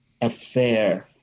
affair